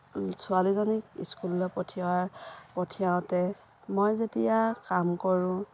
ছোৱালীজনীক স্কুললৈ পঠিওৱাৰ পঠিয়াওঁতে মই যেতিয়া কাম কৰোঁ